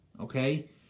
Okay